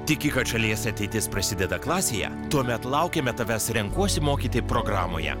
tiki kad šalies ateitis prasideda klasėje tuomet laukiame tavęs renkuosi mokyti programoje